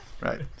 right